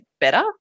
better